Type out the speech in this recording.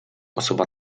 osoba